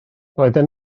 roedden